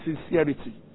sincerity